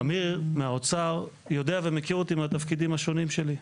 אמיר מהאוצר יודע ומכיר אותי מהתפקידים השונים שלי.